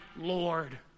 Lord